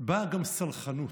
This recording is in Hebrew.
באה גם סלחנות,